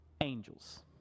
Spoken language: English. angels